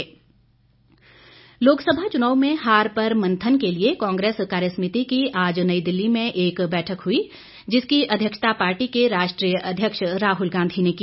कांग्रेस कार्यसमिति लोकसभा चुनाव में हार पर मंथन के लिए कांग्रेस कार्यसमिति की आज नई दिल्ली में एक बैठक हई जिसकी अध्यक्षता पार्टी के राष्ट्रीय अध्यक्ष राहल गांधी ने की